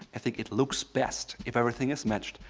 i think it looks best if everything is matched.